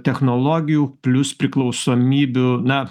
technologijų plius priklausomybių na